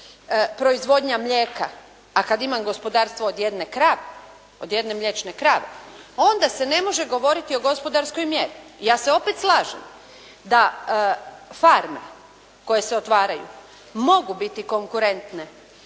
proizvodnja mlijeka, a kada imam gospodarstvo od jedne krave, od jedne mliječne krave, onda se ne može govoriti o gospodarskoj mjeri. I ja se opet slažem da farme koje se otvaraju mogu biti konkurentne